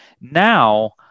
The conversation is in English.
Now